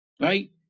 right